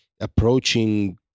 approaching